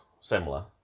Similar